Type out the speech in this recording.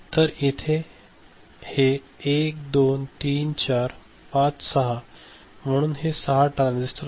तरइथे हे 1 2 3 4 5 6 म्हणून हे 6 ट्रांजिस्टर आहेत